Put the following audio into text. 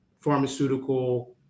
pharmaceutical